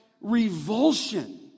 revulsion